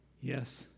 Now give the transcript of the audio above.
Yes